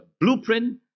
blueprint